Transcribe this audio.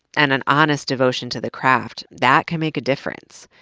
and an honest devotion to the craft, that can make a difference.